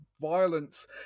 violence